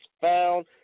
found